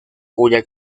cuya